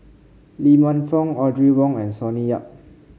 Lee Man Fong Audrey Wong and Sonny Yap